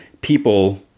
people